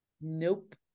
Nope